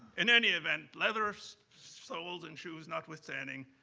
in any event, leather soles and shoes notwithstanding,